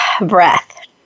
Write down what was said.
breath